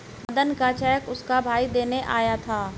मदन का चेक उसका भाई देने आया था